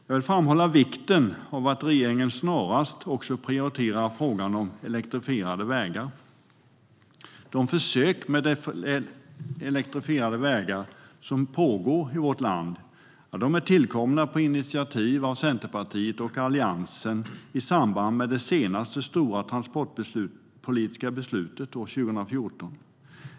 Jag vill framhålla vikten av att regeringen snarast prioriterar frågan om elektrifierade vägar. De försök med elektrifierade vägar som pågår i vårt land tillkom på initiativ av Centerpartiet och Alliansen i samband med det senaste stora transportpolitiska beslutet år 2014.